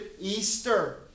Easter